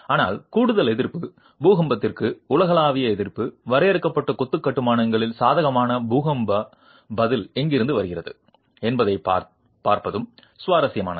ஆனால் கூடுதல் எதிர்ப்பு பூகம்பத்திற்கு உலகளாவிய எதிர்ப்பு வரையறுக்கப்பட்ட கொத்து கட்டுமானங்களின் சாதகமான பூகம்ப பதில் எங்கிருந்து வருகிறது என்பதைப் பார்ப்பதும் சுவாரஸ்யமானது